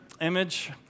image